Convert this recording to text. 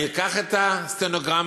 אני אקח את הסטנוגרמה,